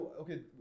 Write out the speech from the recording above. Okay